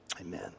amen